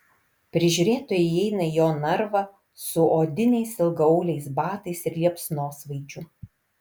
prižiūrėtojai įeina į jo narvą su odiniais ilgaauliais batais ir liepsnosvaidžiu